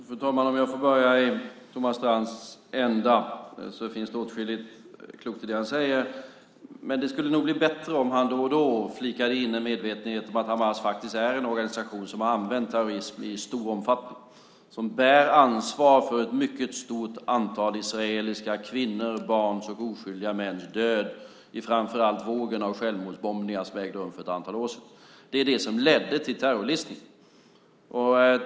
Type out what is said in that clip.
Fru talman! Jag börjar i Thomas Strands ända. Det finns åtskilligt klokt i det han säger. Men det skulle nog bli bättre om han då och då flikade in en medvetenhet om att Hamas faktiskt är en organisation som har använt terrorism i stor omfattning, som bär ansvar för ett mycket stort antal israeliska kvinnors, barns och oskyldiga mäns död i framför allt vågen av självmordsbombningar som ägde rum för ett antal år sedan. Det är det som ledde till terrorlistning.